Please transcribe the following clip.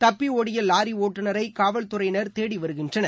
தப்பியோடிய லாரி ஒட்டுநரை காவல்துறையினர் தேடி வருகின்றனர்